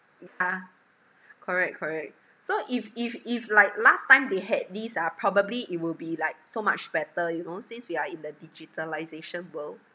ah correct correct so if if if like last time they had this ah probably it will be like so much better you know since we are in the digitalisation world